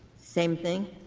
same thing?